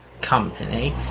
company